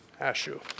Ashu